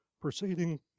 proceeding